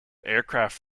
aircraft